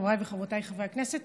חבריי וחברותיי חברי הכנסת,